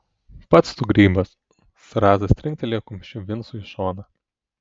pats tu grybas zrazas trinktelėjo kumščiu vincui į šoną